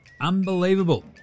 Unbelievable